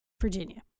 Virginia